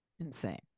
insane